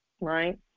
right